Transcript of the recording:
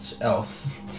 else